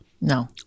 no